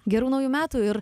gerų naujų metų ir